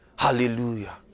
Hallelujah